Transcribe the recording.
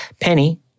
Penny